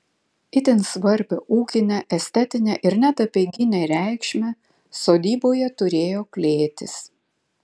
itin svarbią ūkinę estetinę ir net apeiginę reikšmę sodyboje turėjo klėtys